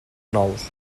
nous